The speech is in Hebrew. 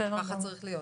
בסדר גמור.